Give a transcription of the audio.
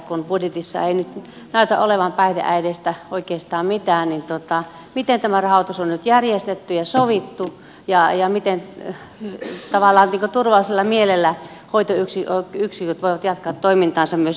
kun budjetissa ei nyt näytä olevan päihdeäideistä oikeastaan mitään niin miten tämä rahoitus on nyt järjestetty ja sovittu ja miten tavallaan turvallisella mielellä hoitoyksiköt voivat jatkaa toimintaansa myös ensi vuonna